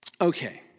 Okay